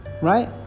Right